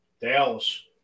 Dallas